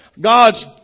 God's